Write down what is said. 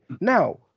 Now